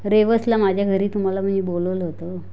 रेवसला माझ्या घरी तुम्हाला मी बोलावलं होतं